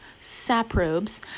saprobes